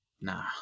nah